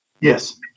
Yes